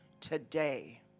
today